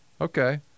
okay